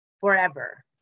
forever